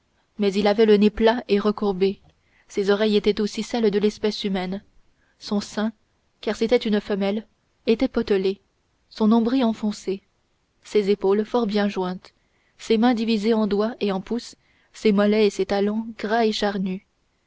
mais il avait le nez plat et recourbé ses oreilles étaient aussi celles de l'espèce humaine son sein car c'était une femelle était potelé son nombril enfoncé ses épaules fort bien jointes ses mains divisées en doigts et en pouces ses mollets et ses talons gras et charnus